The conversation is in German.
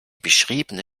beschriebene